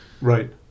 Right